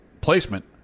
placement